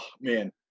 man